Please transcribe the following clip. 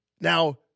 Now